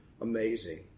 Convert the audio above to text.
amazing